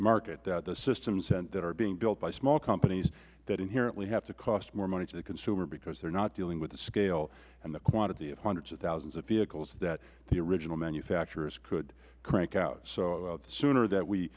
market the systems that are being built by small companies that inherently have to cost more money to the consumer because they are not dealing with the scale and quantity of hundreds of thousands of vehicles that the original manufacturers could crank out so the sooner that we